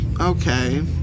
okay